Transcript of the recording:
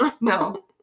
No